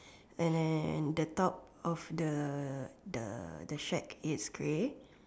and then the top of the the the shack is grey